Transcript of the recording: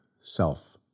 self